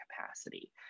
capacity